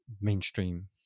mainstream